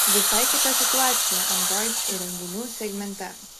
visai kita situacija android įrenginių segmente